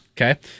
Okay